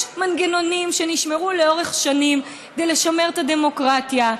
יש מנגנונים שנשמרו לאורך שנים כדי לשמר את הדמוקרטיה,